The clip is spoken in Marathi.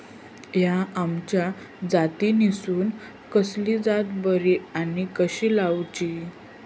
हया आम्याच्या जातीनिसून कसली जात बरी आनी कशी लाऊची?